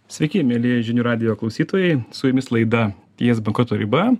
sveiki mielieji žinių radijo klausytojai su jumis laida ties bankroto riba